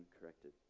corrected